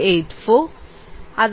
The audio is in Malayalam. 84 അതിനാൽ 145